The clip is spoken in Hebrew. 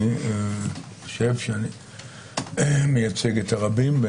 אני חושב שאני מייצג את הרבים.